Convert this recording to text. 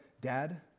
Dad